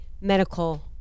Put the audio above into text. medical